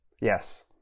Yes